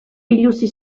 biluzi